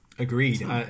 Agreed